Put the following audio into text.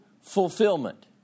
fulfillment